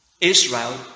Israel